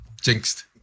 Jinxed